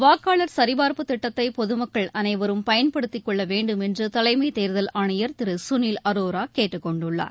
வாக்காளர் சரிபார்ப்புத் திட்டத்தை பொதுமக்கள் அனைவரும் பயன்படுத்திக் கொள்ள வேண்டும் என்று தலைமைத் தேர்தல் ஆணையர் திரு சுனில் அரோரா கேட்டுக் கொண்டுள்ளார்